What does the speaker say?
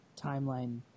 timeline